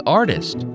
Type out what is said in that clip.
artist